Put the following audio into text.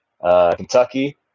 Kentucky